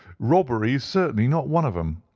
robbery is certainly not one of them.